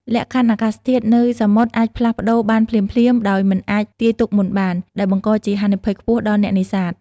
លក្ខខណ្ឌអាកាសធាតុនៅសមុទ្រអាចផ្លាស់ប្តូរបានភ្លាមៗដោយមិនអាចទាយទុកមុនបាន ដែលបង្កជាហានិភ័យខ្ពស់ដល់អ្នកនេសាទ។